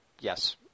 yes